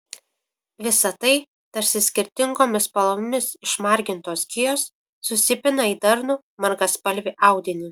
visa tai tarsi skirtingomis spalvomis išmargintos gijos susipina į darnų margaspalvį audinį